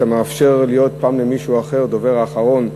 שמאפשר פעם למישהו אחר להיות דובר אחרון,